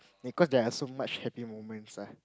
because there are so much happy memories ah